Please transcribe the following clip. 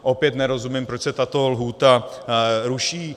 Opět nerozumím, proč se tato lhůta ruší.